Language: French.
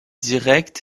direct